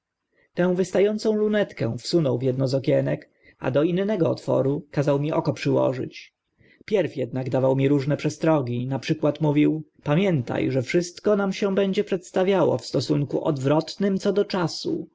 tę wysta ącą lunetkę wsunął w edno z okienek a do innego otworu kazał mi oko przyłożyć pierw ednak dawał mi różne przestrogi na przykład mówił pamięta że wszystko będzie nam się przedstawiało w stosunku odwrotnym co do czasu